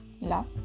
love